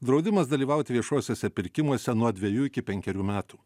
draudimas dalyvauti viešuosiuose pirkimuose nuo dviejų iki penkerių metų